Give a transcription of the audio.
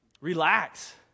Relax